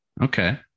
okay